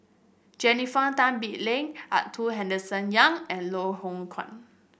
Jennifer Tan Bee Leng Arthur Henderson Young and Loh Hoong Kwan